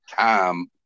time